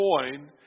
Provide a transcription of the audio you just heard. coin